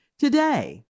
Today